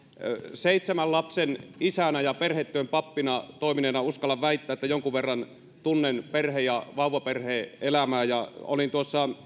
seitsemän lapsen isänä ja perhetyön pappina toimineena uskallan väittää että jonkun verran tunnen perhe ja vauvaperhe elämää olin tuossa